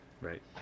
Right